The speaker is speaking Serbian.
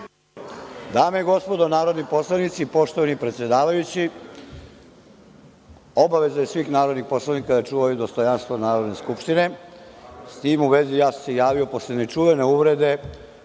Dame i gospodo narodni poslanici, poštovani predsedavajući, obaveza je svih narodnih poslanika da čuvaju dostojanstvo Narodne skupštine, s time u vezi i ja sam se javio, pošto su nečuvene uvrede